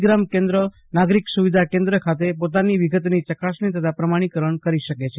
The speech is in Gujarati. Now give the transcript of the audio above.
ગ્રામ કેન્દ્ર નાગરિક સુવિધા કેન્દ્ર ખાતે પોતાની વિગતની ચકાસણી તથા પ્રમાણિકરણ કરી શકે છે